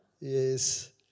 Yes